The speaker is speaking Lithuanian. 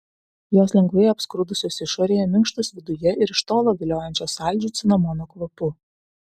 jos lengvai apskrudusios išorėje minkštos viduje ir iš tolo viliojančios saldžiu cinamono kvapu